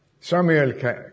Samuel